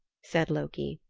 said loki.